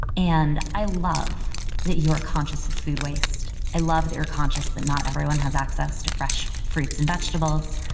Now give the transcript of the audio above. and i love that you are conscious of food waste. i love their conscious that not everyone has access to fresh fruits and vegetables.